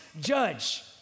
judge